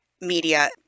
media